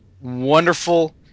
wonderful